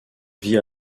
vit